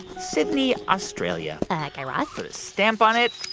sydney, australia guy raz? put a stamp on it.